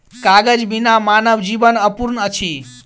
कागज बिना मानव जीवन अपूर्ण अछि